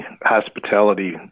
hospitality